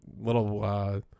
little